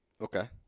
Okay